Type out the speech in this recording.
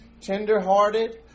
tender-hearted